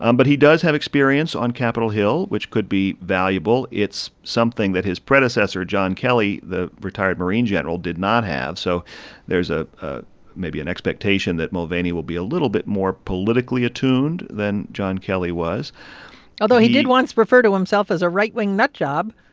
um but he does have experience on capitol hill, which could be valuable. it's something that his predecessor john kelly, the retired marine general, did not have. so there's a maybe an expectation that mulvaney will be a little bit more politically attuned than john kelly was although he did once refer to himself as a right-wing nut job